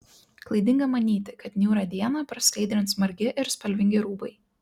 klaidinga manyti kad niūrią dieną praskaidrins margi ir spalvingi rūbai